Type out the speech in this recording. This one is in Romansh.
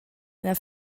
ina